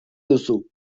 duzu